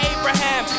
Abraham